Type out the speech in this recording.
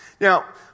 Now